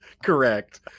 Correct